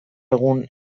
egun